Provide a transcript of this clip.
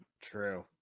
True